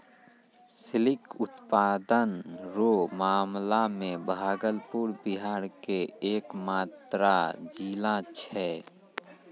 silk उत्पादन रो मामला मे भागलपुर बिहार के एकमात्र जिला छै